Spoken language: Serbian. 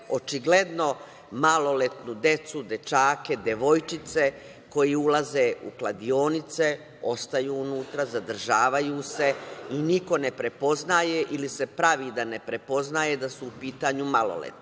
očigledno maloletnu decu, dečake, devojčice koji ulaze u kladionice, ostaju unutra, zadržavaju se i niko ne prepoznaje ili se pravi da ne prepoznaje da su u pitanju maloletnici. Mi